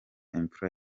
imfura